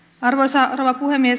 arvoisa rouva puhemies